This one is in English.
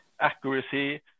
accuracy